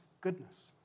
goodness